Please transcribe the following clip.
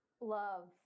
love